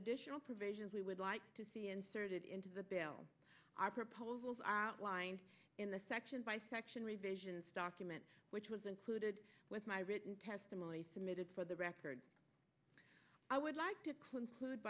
additional provisions we would like to see inserted into the bill our proposals are outlined in the section by section revisions document which was included with my written testimony submitted for the record i would like to clean